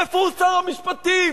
איפה שר המשפטים?